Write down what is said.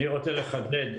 אני רוצה לחדד.